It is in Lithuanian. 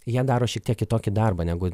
jie daro šiek tiek kitokį darbą negu